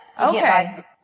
Okay